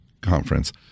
conference